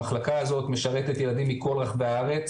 המחלקה הזאת משרתת ילדים מכל רחבי הארץ-